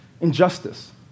injustice